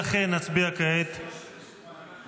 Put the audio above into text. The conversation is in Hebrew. לכן נצביע כעת ------ בסדר.